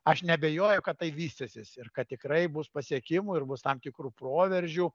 aš neabejoju kad tai vystysis ir kad tikrai bus pasiekimų ir bus tam tikrų proveržių